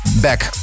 back